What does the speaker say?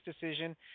decision